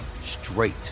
straight